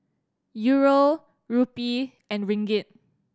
Euro Rupee and Ringgit